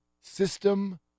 System